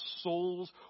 souls